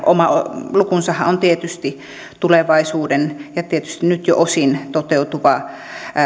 oma lukunsahan on tietysti tulevaisuuden ja tietysti nyt jo osin toteutuva